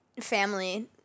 family